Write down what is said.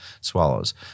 swallows